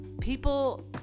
people